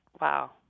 Wow